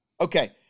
Okay